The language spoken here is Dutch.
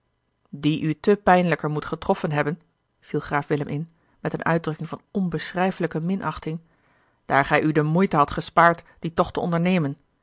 die u te pijnlijker moet getroffen hebben viel graaf willem in met eene uitdrukking van onbeschrijfelijke minachting daar gij u de moeite hadt gespaard dien tocht te ondernemen